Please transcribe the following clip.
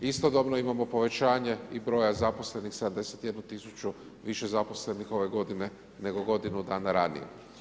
Istodobno imamo i povećanje i broja zaposlenih 71 tisuću više zaposlenih ove godine nego godinu dana ranije.